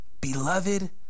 Beloved